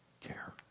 care